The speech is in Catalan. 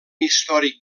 històric